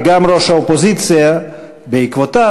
וגם ראש האופוזיציה בעקבותיו,